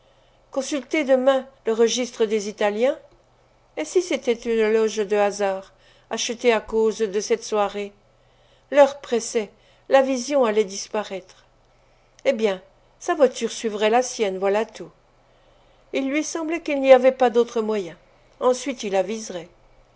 consulter demain le registre des italiens et si c'était une loge de hasard achetée à cause de cette soirée l'heure pressait la vision allait disparaître eh bien sa voiture suivrait la sienne voilà tout il lui semblait qu'il n'y avait pas d'autres moyens ensuite il aviserait